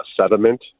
sediment